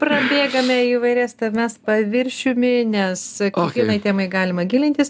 prabėgame įvairias temas paviršiumi nes kiekvienai temai galima gilintis